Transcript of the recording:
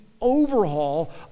overhaul